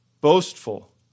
boastful